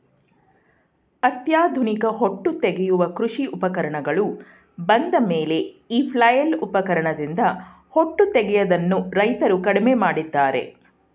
ಅತ್ಯಾಧುನಿಕ ಹೊಟ್ಟು ತೆಗೆಯುವ ಕೃಷಿ ಉಪಕರಣಗಳು ಬಂದಮೇಲೆ ಈ ಫ್ಲೈಲ್ ಉಪಕರಣದಿಂದ ಹೊಟ್ಟು ತೆಗೆಯದನ್ನು ರೈತ್ರು ಕಡಿಮೆ ಮಾಡಿದ್ದಾರೆ